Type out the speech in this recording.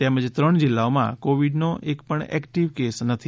તેમજ ત્રણ જીલ્લાઓમાં કોવિડનો એક પણ એક્ટીવ કેસ નથી